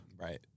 Right